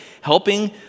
helping